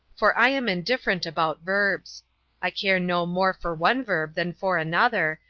for i am indifferent about verbs i care no more for one verb than for another,